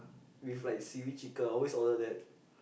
with like seaweed chicken always order that